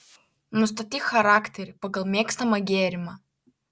nustatyk charakterį pagal mėgstamą gėrimą